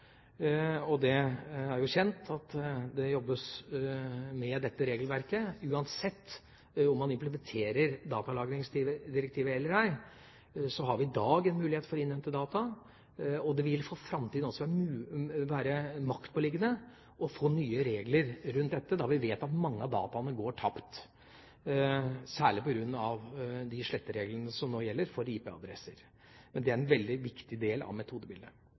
Og det er jo kjent at det jobbes med dette regelverket. Uansett om man implementerer datalagringsdirektivet eller ei, har vi i dag mulighet til å innhente data. Det vil for framtida også være maktpåliggende å få nye regler rundt dette, da vi vet at mange av dataene går tapt, særlig på grunn av de slettereglene som nå gjelder for IP-adresser. Dette er en veldig viktig del av metodebildet.